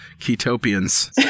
ketopians